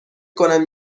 کنم